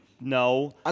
no